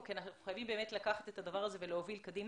כי אנחנו חייבים לקחת את הדבר הזה ולהוביל קדימה.